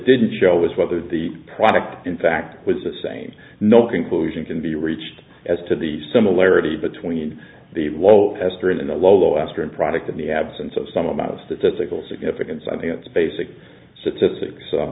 didn't show was whether the product in fact was the same no conclusion can be reached as to the similarity between the low tester and the low low aspirin product in the absence of some amount of statistical significance i think it's basic statistics